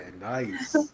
nice